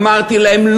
אמרתי להם,